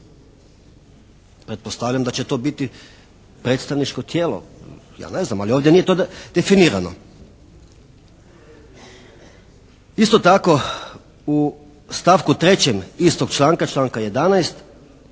Pretpostavljam da će to biti predstavničko tijelo, ja ne znam ali ovdje nije to definirano. Isto tako u stavku 3. istog članka, članka 11.